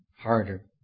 harder